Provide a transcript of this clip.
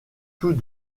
tous